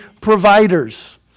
providers